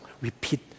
repeat